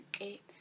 eight